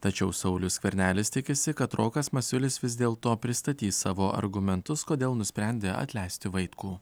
tačiau saulius skvernelis tikisi kad rokas masiulis vis dėl to pristatys savo argumentus kodėl nusprendė atleisti vaitkų